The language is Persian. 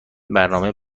برنامه